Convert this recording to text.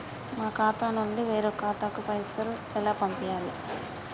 మా ఖాతా నుండి వేరొక ఖాతాకు పైసలు ఎలా పంపియ్యాలి?